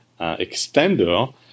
extender